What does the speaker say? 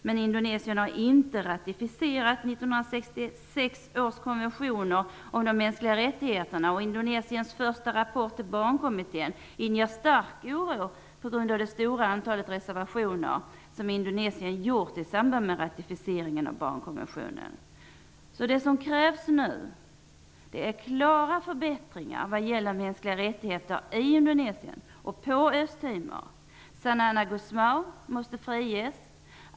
Men Indonesien har inte ratificerat 1966 års konventioner om de mänskliga rättigheterna. Och Indonesiens första rapport till barnkommitten inger stark oro på grund av det stora antalet reservationer som Indonesien gjort i samband med ratificeringen av barnkonventionen. Nu krävs att klara förbättringar sker vad gäller mänskliga rättigheter i Indonesien och på Östtimor. Zanana Gusmao måste friges.